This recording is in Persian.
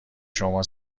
شما